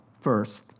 first